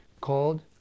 called